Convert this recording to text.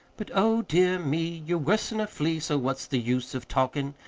but, oh, dear me, you're worse'n a flea, so what's the use of talkin'?